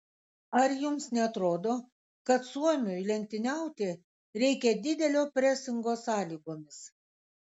ar jums neatrodo kad suomiui lenktyniauti reikia didelio presingo sąlygomis